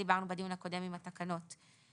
קודם קיבלנו על הניכוי מתגמולו של נכה,